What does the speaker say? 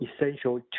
essential